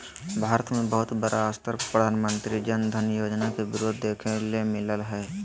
भारत मे बहुत बड़ा स्तर पर प्रधानमंत्री जन धन योजना के विरोध देखे ले मिललय हें